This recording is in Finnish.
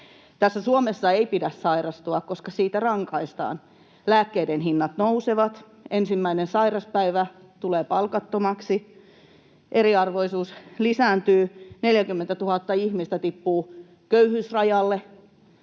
Suomessa ei pidä sairastua, koska siitä rangaistaan: lääkkeiden hinnat nousevat, ensimmäinen sairauspäivä tulee palkattomaksi. Eriarvoisuus lisääntyy, 40 000 ihmistä tippuu köyhyysrajalle,